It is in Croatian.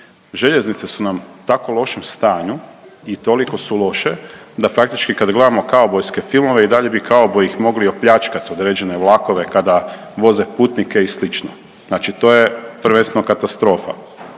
željeznice su nam u tako lošem stanju i toliko su loše da praktički kad gledamo kaubojske filmove i dalje bi kauboji ih mogli opljačkat određene vlakove kada voze putnike i slično, znači to je prvenstveno katastrofa.